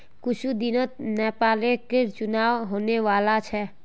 कुछू दिनत नगरपालिकर चुनाव होने वाला छ